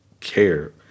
care